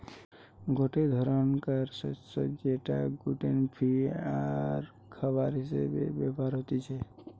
গটে ধরণকার শস্য যেটা গ্লুটেন ফ্রি আরখাবার হিসেবে ব্যবহার হতিছে